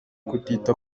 kutita